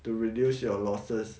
to reduce your losses